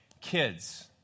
Kids